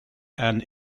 and